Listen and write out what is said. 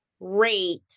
rate